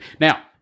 Now